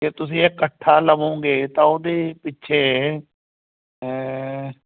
ਜੇ ਤੁਸੀਂ ਇਕੱਠਾ ਲਵੋਂਗੇ ਤਾਂ ਉਹਦੇ ਪਿੱਛੇ